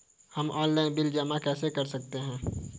हम online bill कैसे जमा कर सकते हैं?